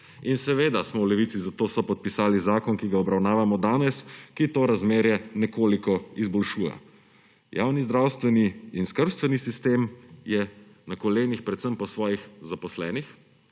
In seveda smo v Levici zato sopodpisali zakon, ki ga obravnavamo danes, ki to razmerje nekoliko izboljšuje. Javni zdravstveni in skrbstveni sistem je na kolenih predvsem po svojih zaposlenih,